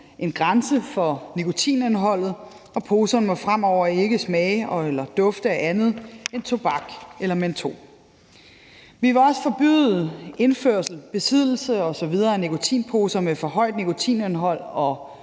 en grænse for nikotinindholdet, og poserne må fremover ikke smage eller dufte af andet end tobak eller mentol. Vi vil også forbyde indførsel, besiddelse osv. af nikotinposer med for højt nikotinindhold og